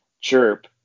chirp